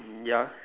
ya